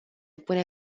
pune